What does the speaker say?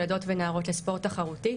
ילדות ונערות לספורט תחרותי.